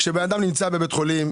כשאדם נמצא בבית חולים,